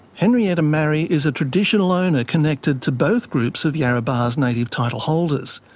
henrietta marrie is a traditional owner connected to both groups of yarrabah's native title holders.